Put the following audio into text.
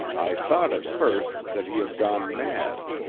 i thought at first that he had gone mad,